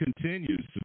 continues